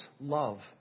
love